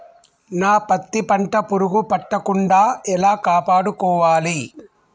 నా పత్తి పంట పురుగు పట్టకుండా ఎలా కాపాడుకోవాలి?